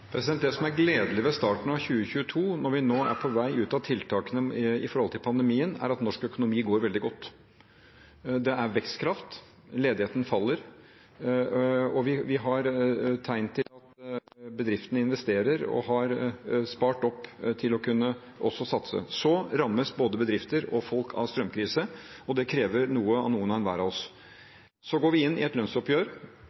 Det som er gledelig ved starten av 2022, når vi nå er på vei ut av pandemitiltakene, er at norsk økonomi går veldig godt. Det er vekstkraft, ledigheten faller, og vi har tegn til at bedriftene investerer og har spart opp til å kunne også satse. Så rammes både bedrifter og folk av strømkrise, og det krever noe av noen og hver av